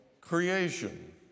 creation